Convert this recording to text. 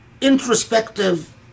introspective